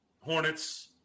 Hornets